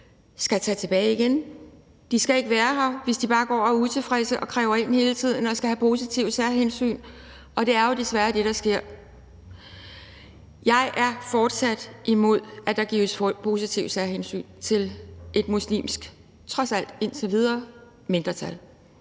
skal tage tilbage igen. De skal ikke være her, hvis de bare går og er utilfredse og kræver ind hele tiden og der skal tages positive særhensyn til dem, og det er jo desværre det, der sker. Jeg er fortsat imod, at der tages positive særhensyn til et muslimsk, trods alt indtil videre, mindretal.